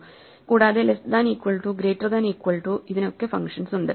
കൂടാതെ less than equal to greater than equal to ഇതിനൊക്കെ functions ഉണ്ട്